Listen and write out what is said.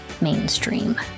mainstream